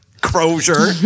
crozier